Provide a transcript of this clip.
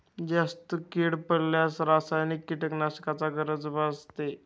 जास्त कीड पडल्यास रासायनिक कीटकनाशकांची गरज भासते